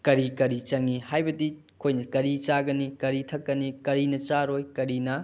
ꯀꯔꯤ ꯀꯔꯤ ꯆꯪꯏ ꯍꯥꯏꯕꯗꯤ ꯑꯩꯈꯣꯏꯅ ꯀꯔꯤ ꯆꯥꯒꯅꯤ ꯀꯔꯤ ꯊꯛꯀꯅꯤ ꯀꯔꯤꯅ ꯆꯥꯔꯣꯏ ꯀꯔꯤꯅ